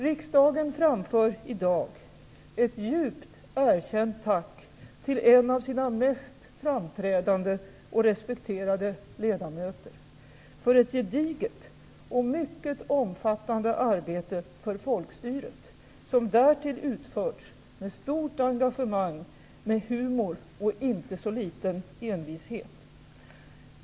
Riksdagen framför i dag ett djupt erkänt tack till en av sina mest framträdande och respekterade ledamöter, för ett gediget och mycket omfattande arbete för folkstyret, som därtill utförts med stort engagemang, humor och inte så litet envishet.